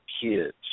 kids